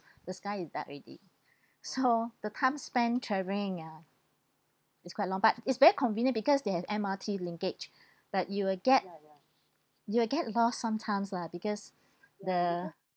the sky is dark already so the time spent travelling ya is quite long but it's very convenient because they have M_R_T linkage but you will get you will get lost sometimes lah because the